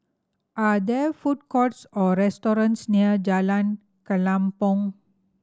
are there food courts or restaurants near Jalan Kelempong